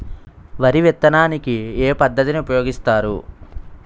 వరి విత్తడానికి ఏ పద్ధతిని ఉపయోగిస్తారు?